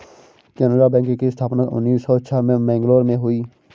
Canara bank की स्थापना उन्नीस सौ छह में मैंगलोर में हुई